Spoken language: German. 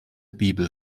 bibel